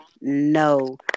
No